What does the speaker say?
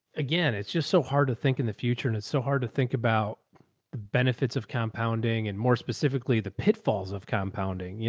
again, it's just so hard to think in the future. and it's so hard to think about the benefits of compounding and more specifically the pitfalls of compounding. you